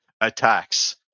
attacks